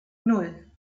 nan